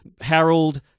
Harold